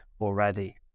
already